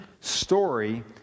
story